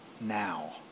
now